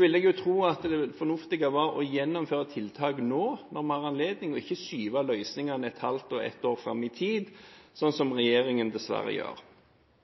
ville jeg tro det fornuftige var å gjennomføre tiltak nå når man har anledning, og ikke skyve løsningene et halvt til ett år fram i tid – sånn som regjeringen dessverre gjør.